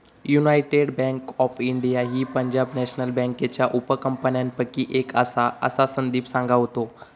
United Bank of India ही Punjab National बँकेच्या उपकंपन्यांपैकी एक आसा, असा संदीप सांगा होतो